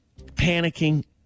panicking